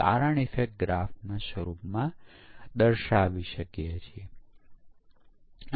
scripting ટૂલમાં પરીક્ષણનાં કેસો ખરેખર નાના પ્રોગ્રામ હોય છે